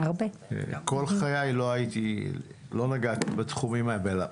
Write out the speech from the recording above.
כל חיי לא נגעתי בתחומים האלה,